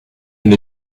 and